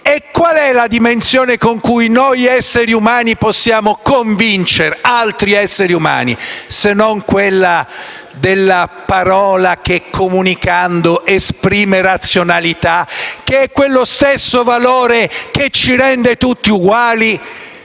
Qual è la dimensione con cui noi esseri umani possiamo convincere altri esseri umani se non quella della parola che, comunicando, esprime razionalità, che è quello stesso valore che ci rende tutti uguali?